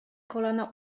kolana